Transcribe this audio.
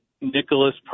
Nicholas